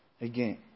again